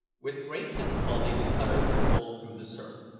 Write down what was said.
with great difficulty the cutter was pulled through the surf.